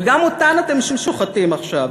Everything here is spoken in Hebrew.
וגם אותן אתם שוחטים עכשיו,